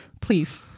Please